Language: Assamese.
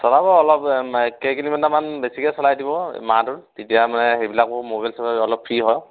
চলাব অলপ কেইকিলোমিটাৰমান বেছিকে চলাই দিব মাহটোত তেতিয়া মানে সেইবিলাকো মবিল চবিল অলপ ফ্ৰী হয়